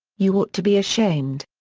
you ought to be ashamed.